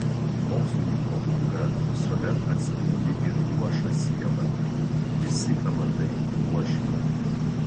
mokslininko knyga visuomet atspindi ir luošą sielą visi amatai luošina